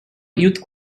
youth